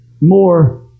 more